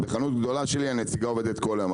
אם החנות שלי גדולה היא יכולה לעבוד אצלי יום שלם,